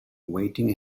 waiting